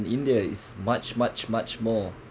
india is much much much more